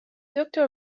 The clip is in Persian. دکتر